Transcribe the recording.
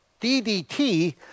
DDT